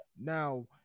Now